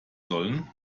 sollen